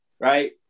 right